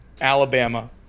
Alabama